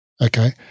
Okay